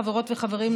חברות וחברים,